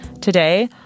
Today